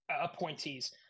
appointees